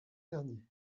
tergnier